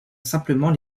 simplement